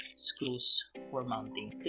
screws for mounting.